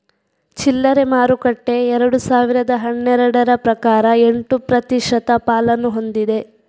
ಚಿಲ್ಲರೆ ಮಾರುಕಟ್ಟೆ ಎರಡು ಸಾವಿರದ ಹನ್ನೆರಡರ ಪ್ರಕಾರ ಎಂಟು ಪ್ರತಿಶತ ಪಾಲನ್ನು ಹೊಂದಿದೆ